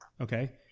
Okay